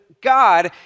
God